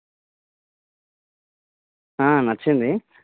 ఒక స్వీటు కూడా కట్టండి అది పాయసం ఉంటుంది కదా